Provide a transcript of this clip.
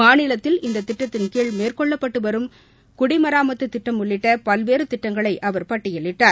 மாநிலத்தில் இந்த திட்டத்தின் கீழ் மேற்கொள்ளப்பட்டு வரும் குடிமராமத்து திட்டம் உள்ளிட்ட பல்வேறு திட்டங்களை அவர் பட்டியலிட்டார்